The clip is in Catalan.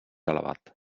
elevat